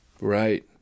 Right